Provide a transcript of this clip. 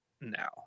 now